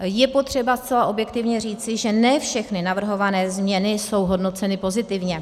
Je potřeba zcela objektivně říci, že ne všechny navrhované změny jsou hodnoceny pozitivně.